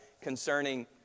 Concerning